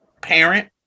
parent